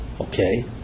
Okay